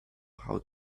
how